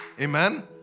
Amen